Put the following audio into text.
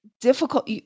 difficult